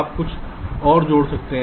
आप कुछ और जोड़ सकते हैं